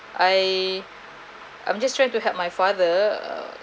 I am just trying to help my father